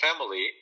family